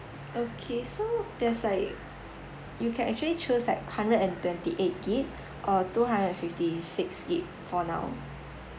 okay so there's like you can actually choose like hundred and twenty-eight gig~ or two hundred and fifty-six gig~ for now